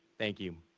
thank you.